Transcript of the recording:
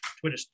Twitter